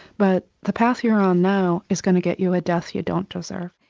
but the path you're on now is going to get you a death you don't deserve'.